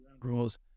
rules